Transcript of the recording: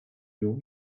your